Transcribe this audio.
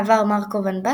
הפורמט המבטיח